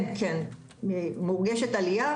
כן, מורגשת עלייה.